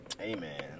Amen